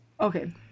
Okay